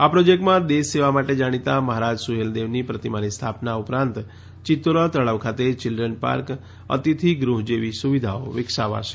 આ પ્રોજકેટમાં દેશ સેવા માટે જાણીતા મહારાજ સુહેલદેવની પ્રતિમાની સ્થાપના ઉપરાંત ચિતૌરા તળાવ ખાતે ચિલ્ડ્રન પાર્ક અતિથિ ગુહ જેવી સુવિધાઓ વિકસાવાશે